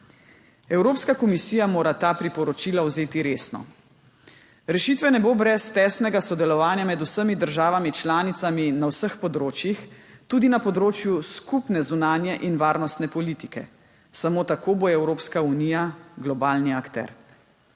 Evropska komisija mora ta priporočila vzeti resno. Rešitve ne bo brez tesnega sodelovanja med vsemi državami članicami na vseh področjih, tudi na področju skupne zunanje in varnostne politike. Samo tako bo Evropska unija globalni akter.